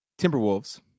Timberwolves